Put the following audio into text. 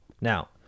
now